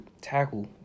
tackle